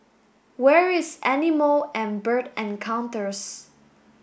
where is Animal and Bird Encounters